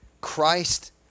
Christ